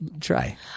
try